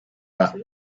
are